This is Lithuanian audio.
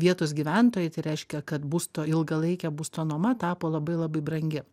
vietos gyventojai tai reiškia kad būsto ilgalaikė būsto nuoma tapo labai labai brangi